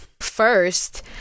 First